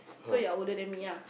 so your older than me ah